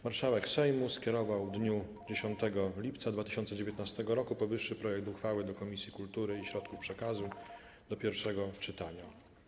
Marszałek Sejmu skierował w dniu 10 lipca 2019 r. powyższy projekt uchwały do Komisji Kultury i Środków Przekazu do pierwszego czytania.